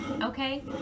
Okay